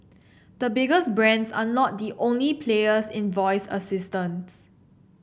the biggest brands are not the only players in voice assistants